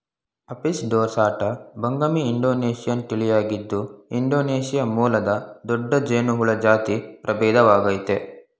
Apis ದೊರ್ಸಾಟಾ ಬಿಂಗಮಿ Indonesian ತಳಿಯಾಗಿದ್ದು ಇಂಡೊನೇಶಿಯಾ ಮೂಲದ ದೊಡ್ಡ ಜೇನುಹುಳ ಜಾತಿ ಪ್ರಭೇದವಾಗಯ್ತೆ